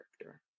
character